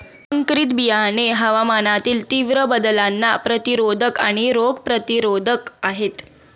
संकरित बियाणे हवामानातील तीव्र बदलांना प्रतिरोधक आणि रोग प्रतिरोधक आहेत